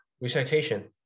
recitation